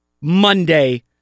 Monday